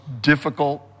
difficult